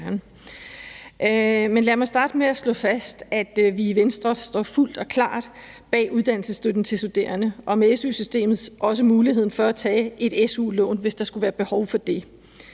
lad mig starte med at slå fast, at vi i Venstre står fuldt og klart bag uddannelsesstøtten til studerende og med su-systemet også muligheden for at tage et su-lån, hvis der skulle være behov for det.